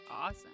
awesome